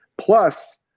plus